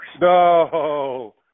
No